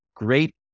Great